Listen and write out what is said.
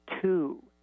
two